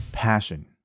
passion